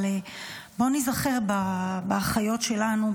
אבל בואו ניזכר באחיות שלנו,